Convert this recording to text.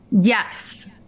yes